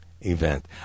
event